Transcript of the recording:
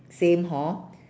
same hor